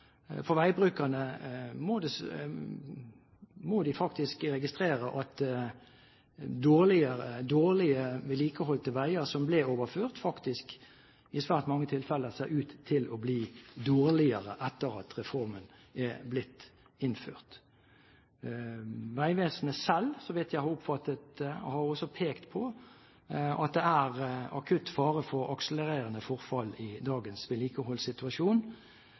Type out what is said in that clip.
utredninger. Veibrukerne må registrere at dårlig vedlikeholdte veier som ble overført, i svært mange tilfeller ser ut til å bli dårligere etter at reformen er blitt innført. Vegvesenet selv, så vidt jeg har oppfattet det, har også pekt på at det er akutt fare for akselererende forfall i dagens vedlikeholdssituasjon.